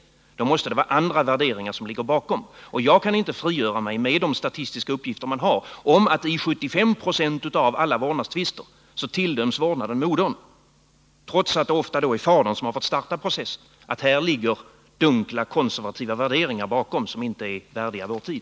Då måste det vara andra värderingar som ligger bakom. Och mot bakgrund av statistiken, som visar att i 75 20 av alla vårdnadstvister modern tilldöms vårdnaden, trots att det ofta är fadern som har fått starta processen, kan jag inte frigöra mig ifrån att här ligger dunkla, konservativa värderingar bakom, som inte är värdiga vår tid.